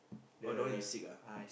or the one you seek ah